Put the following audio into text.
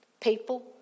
people